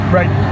Right